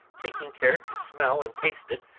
taking care to smell and taste it,